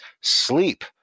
sleep